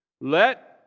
Let